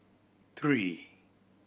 three